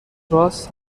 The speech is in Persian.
رآس